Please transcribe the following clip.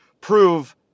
prove